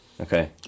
Okay